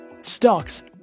stocks